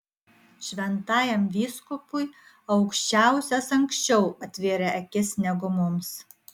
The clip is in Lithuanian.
šventajam vyskupui aukščiausias anksčiau atvėrė akis negu mums